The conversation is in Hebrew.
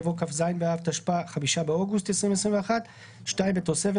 "יבוא כ"ז באב התשפ"א (5 באוגוסט 2021)". תיקון התוספת